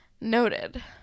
Noted